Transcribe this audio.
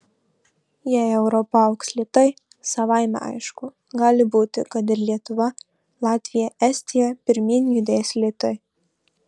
jei europa augs lėtai savaime aišku gali būti kad ir lietuva latvija estija pirmyn judės lėtai